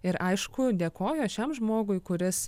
ir aišku dėkojo šiam žmogui kuris